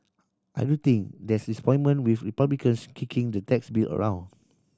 I do think there's disappointment with Republicans kicking the tax bill around